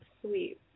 sweet